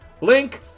Link